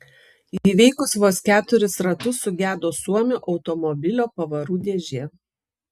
įveikus vos keturis ratus sugedo suomio automobilio pavarų dėžė